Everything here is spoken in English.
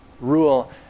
rule